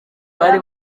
bari